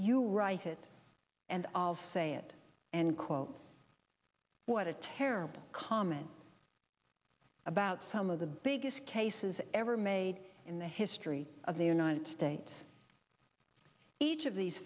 you write it and of say it and quote what a terrible comment about some of the biggest cases ever made in the history of the united states each of these